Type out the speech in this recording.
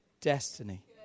destiny